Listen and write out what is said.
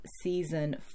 season